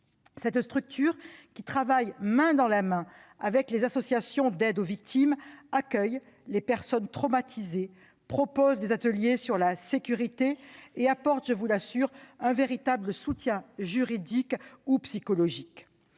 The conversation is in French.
Cette structure, qui travaille main dans la main avec les associations d'aide aux victimes, accueille les personnes traumatisées, propose des ateliers sur la sécurité et apporte un véritable soutien juridique ou psychologique-